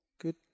good